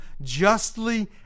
justly